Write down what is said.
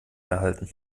erhalten